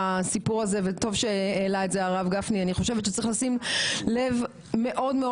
הסיפור הזה שהעלה הרב גפני אני חושבת שצריך לב מאוד מאוד